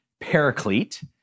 paraclete